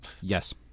Yes